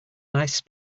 nice